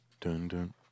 Dun-dun